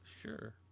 Sure